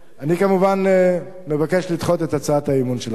אני כמובן מבקש לדחות את הצעת האי-אמון שלכם.